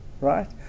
right